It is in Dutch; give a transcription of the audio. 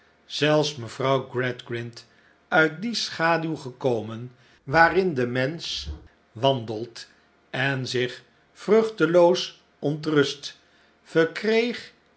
zelfs mevrouw gradgrind uit die schaduw gekomen waarin de mensch wandelt en zich vruchteloos ontrust verkreeg